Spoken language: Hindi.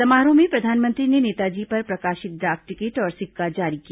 समारोह में प्रधानमंत्री ने नेताजी पर प्रकाशित डाक टिकट और सिक्का जारी किया